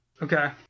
Okay